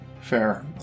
Fair